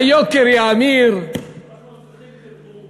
היוקר יאמיר, אנחנו צריכים תרגום.